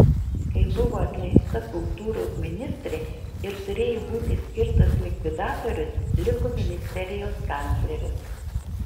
kai buvo atleista kultūros ministrė ir turėjo būti skirtas likvidatorius liko ministerijos kancleris